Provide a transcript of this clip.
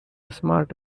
smart